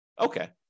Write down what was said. Okay